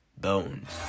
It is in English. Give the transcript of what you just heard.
Bones